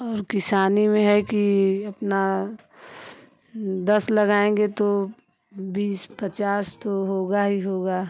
और किसानी में है कि अपना दस लगाएंगे तो बीस पचास तो होगा ही होगा